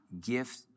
gift